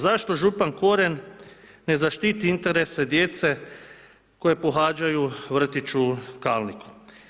Zašto župan Koren ne zaštiti interese djece koje pohađaju vrtić u Kalniku?